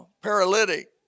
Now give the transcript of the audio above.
paralytic